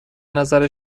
نظر